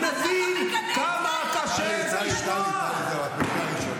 אני רוצה להגיד לך שאני מבין אותך לא מן הפה ולחוץ.